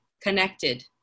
Connected